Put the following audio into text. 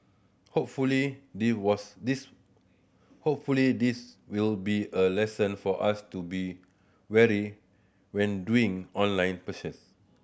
hopefully they was this hopefully this will be a lesson for us to be warier when doing online purchase